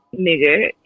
nigger